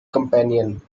companion